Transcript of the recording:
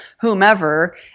whomever